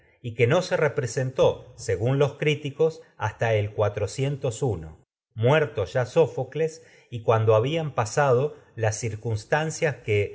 de su vida y representó según los críticos ya hasta el muerto sófocles y cuando habían pasado las circunstancias que